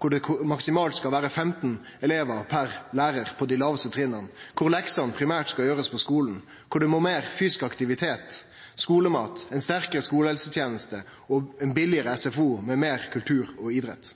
det skal vere maksimalt 15 elevar per lærar på dei lågaste trinna, der leksene primært skal gjerast på skulen, der det er meir fysisk aktivitet, skulemat, ei sterkare skulehelseteneste og ein billegare SFO med meir kultur og idrett.